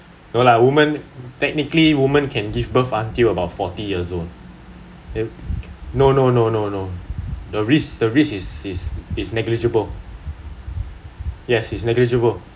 no lah women technically women can give birth until about forty years old then no no no no no the risk the risk is is is negligible yes is negligible